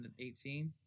2018